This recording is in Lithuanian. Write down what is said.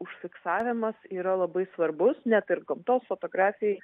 užfiksavimas yra labai svarbus net ir gamtos fotografijai